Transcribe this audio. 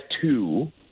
two